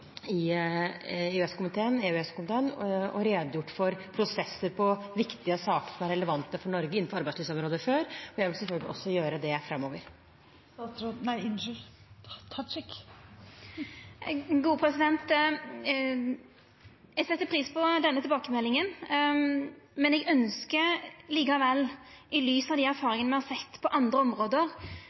og redegjort for prosesser i viktige saker som er relevante for Norge innenfor arbeidslivsområdet, og jeg vil selvfølgelig også gjøre det framover. Eg set pris på denne tilbakemeldinga. Eg ønskjer likevel, i lys av dei erfaringane me har sett på andre